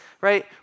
right